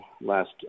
last